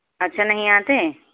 اچھا نہیں آتے